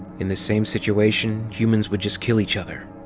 in the same situation humans would just kill each other.